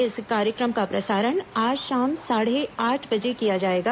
इस कार्यक्रम का प्रसारण आज शाम साढ़े आठ बजे किया जाएगा